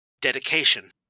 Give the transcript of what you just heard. dedication